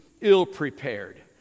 ill-prepared